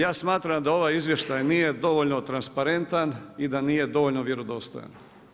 Ja smatram da ovaj izvještaj nije dovoljno transparentan i da nije dovoljno vjerodostojan.